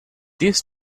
this